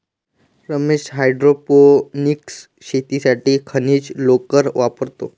Ramesh hydroponics शेतीसाठी खनिज लोकर वापरतो